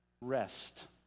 Rest